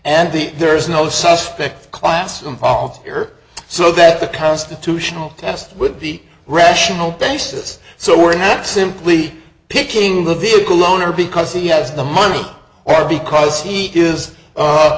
and the there is no suspect class involved here so that the constitutional test would be rational basis so we're not simply picking the vehicle owner because he has the money or because he is